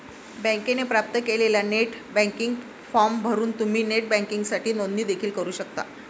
बँकेने प्राप्त केलेला नेट बँकिंग फॉर्म भरून तुम्ही नेट बँकिंगसाठी नोंदणी देखील करू शकता